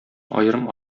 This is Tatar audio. аерым